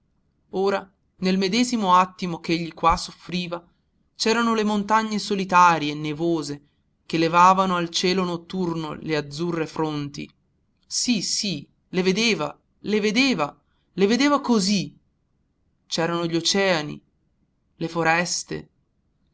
ora nel medesimo attimo ch'egli qua soffriva c'erano le montagne solitarie nevose che levavano al cielo notturno le azzurre fronti sì sì le vedeva le vedeva le vedeva così c'erano gli oceani le foreste